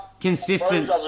consistent